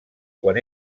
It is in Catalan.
quan